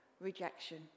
Rejection